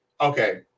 okay